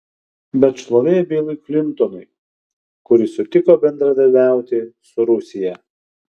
bet šlovė bilui klintonui kuris sutiko bendradarbiauti su rusija